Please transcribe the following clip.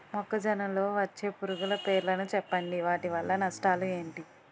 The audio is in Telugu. మొక్కజొన్న లో వచ్చే పురుగుల పేర్లను చెప్పండి? వాటి వల్ల నష్టాలు ఎంటి?